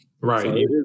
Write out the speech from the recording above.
Right